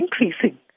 increasing